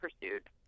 pursued